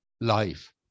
life